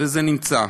וזה נמצא.